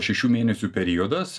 šešių mėnesių periodas